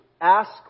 ask